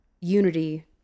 unity